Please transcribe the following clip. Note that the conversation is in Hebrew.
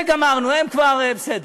זה גמרנו, הם כבר בסדר.